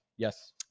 Yes